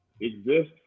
exist